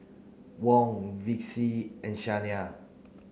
Wong Vicy and Shaina